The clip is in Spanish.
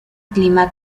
clima